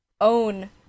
own